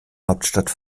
hauptstadt